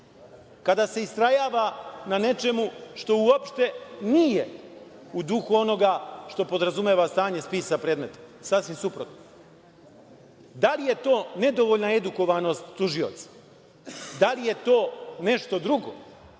kada se istrajava u nečemu što uopšte nije u duhu onoga što podrazumeva stanje spisa predmeta. Sasvim suprotno. Da li je to nedovoljna edukovanost tužioca? Da li je to nešto drugo?